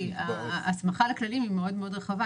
כי ההסמכה לכללים היא מאוד רחבה.